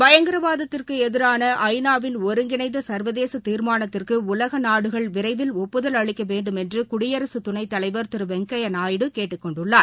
பயங்கரவாதத்துக்கு எதிரான ஐ நா வின் ஒருங்கிணைந்த சா்வதேச தீாமானத்துக்கு உலக நாடுகள் விரைவில் ஒப்புதல் அளிக்க வேண்டுமென்று குடியரசு துணைத்தலைவா் திரு வெங்கையா நாயுடு கேட்டுக் கொண்டுள்ளார்